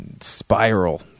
spiral